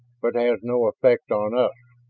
but it has no effect on us.